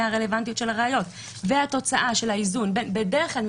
הרלוונטיות של הראיות והתוצאה של האיזון בדרך כלל,